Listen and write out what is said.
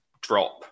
drop